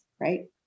right